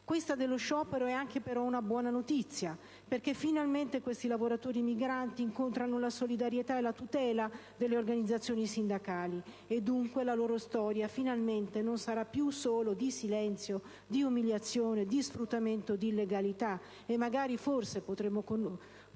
Questa dello sciopero però è anche una buona notizia, perché finalmente questi lavoratori immigrati incontrano la solidarietà e la tutela delle organizzazioni sindacali. Dunque, la loro storia finalmente non sarà più solo di silenzio, di umiliazione, di sfruttamento, di illegalità, e magari forse potremo